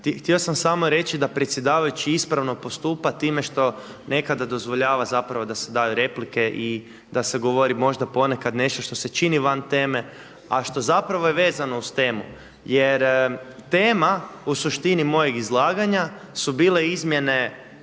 Htio sam samo reći da predsjedavajući ispravno postupa time što nekada dozvoljava zapravo da se daju replike i da se govori možda ponekad nešto što se čini van teme, a što zapravo je vezano uz temu. Jer tema u suštini mojeg izlaganja su bile izmjene